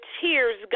tears